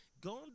God